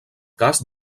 cas